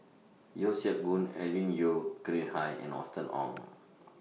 Yeo Siak Goon Alvin Yeo Khirn Hai and Austen Ong